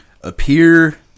appear